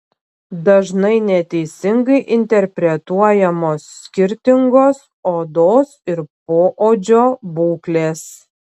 dažnai neteisingai interpretuojamos skirtingos odos ir poodžio būklės